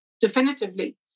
definitively